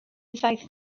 ddaeth